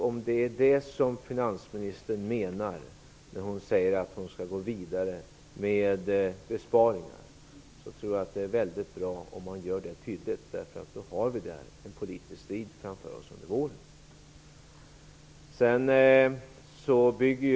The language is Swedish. Om det är det finansministern menar när hon säger att hon skall gå vidare med besparingar, är det viktigt att tydliggöra det. Vi har då en politisk strid framför oss under våren.